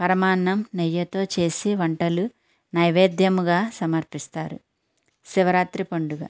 పరమాన్నం నెయ్యతో చేసి వంటలు నైవేద్యముగా సమర్పిస్తారు శివరాత్రి పండుగ